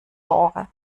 genre